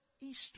Easter